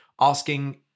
asking